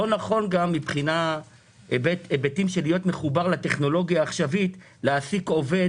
לא נכון מבחינת היבטים של להיות מחובר לטכנולוגיה עכשווית להעסיק עובד